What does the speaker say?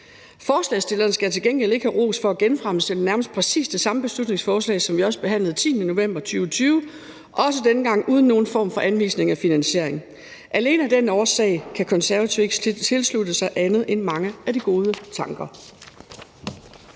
Forslagsstillerne skal til gengæld ikke have ros for at genfremsætte nærmest præcis det samme beslutningsforslag, som vi også behandlede den 10. november 2020, også denne gang uden nogen form for anvisning af finansiering. Alene af den årsag kan Konservative ikke tilslutte sig andet end mange af de gode tanker.